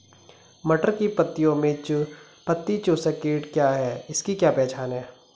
मटर की पत्तियों में पत्ती चूसक कीट क्या है इसकी क्या पहचान है?